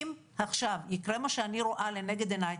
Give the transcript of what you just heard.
אם עכשיו יקרה מה שאני רואה לנגד עיניי,